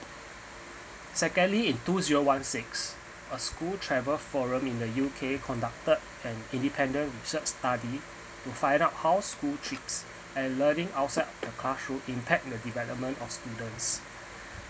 secondly in two zero one six a school travel forum in the U_K conducted an independent research study to find out how school trips and learning outside the classroom impact the development of students